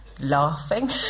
Laughing